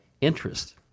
interest